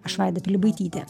aš vaida pilibaitytė